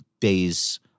days